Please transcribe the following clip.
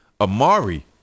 Amari